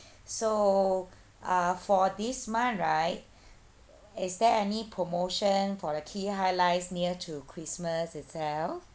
so uh for this month right is there any promotion for the key highlights near to christmas itself